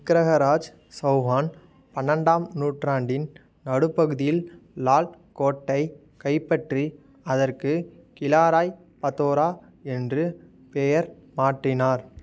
விக்ரகராஜ் சவுஹான் பன்னெண்டாம் நூற்றாண்டின் நடுப்பகுதியில் லால் கோட்டை கைப்பற்றி அதற்கு கிலா ராய் பத்தோரா என்று பெயர் மாற்றினார்